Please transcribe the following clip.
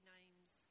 Name's